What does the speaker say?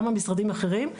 גם המשרדים האחרים.